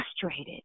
frustrated